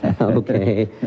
Okay